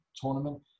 tournament